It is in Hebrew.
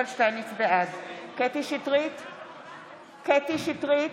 בעד קטי קטרין שטרית,